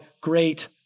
great